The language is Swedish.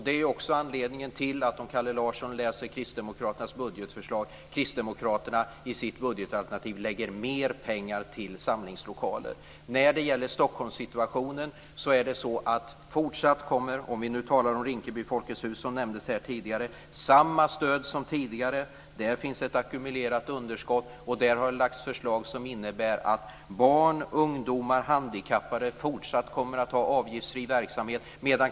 Det är också anledningen till att Kristdemokraterna, som Kalle Larsson kan läsa i vårt budgetförslag, lägger mer pengar till samlingslokaler. När det gäller Stockholmssituationen - om vi nu talar om Rinkeby Folkets hus, som nämndes här tidigare - ska det vara samma stöd som tidigare. Där finns ett ackumulerat underskott, och det har lagts fram förslag som innebär att barn, ungdomar och handikappade fortsatt kommer att ha avgiftsfri verksamhet.